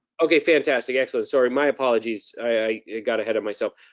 okay, fantastic, excellent. sorry, my apologies, i got ahead of myself.